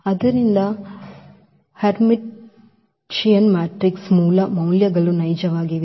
ಆದ್ದರಿಂದ ಹರ್ಮಿಟಿಯನ್ ಮ್ಯಾಟ್ರಿಕ್ಸ್ನ ಮೂಲ ಮೌಲ್ಯಗಳು ನೈಜವಾಗಿವೆ